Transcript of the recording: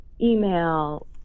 email